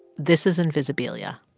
this is invisibilia